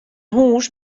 hús